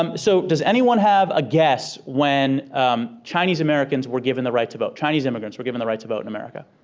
um so does anyone have a guess when chinese americans were given the right to vote, chinese immigrants were given the right to vote in america?